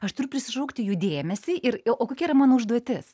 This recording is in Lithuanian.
aš turiu prisišaukti jų dėmesį ir o kokia yra mano užduotis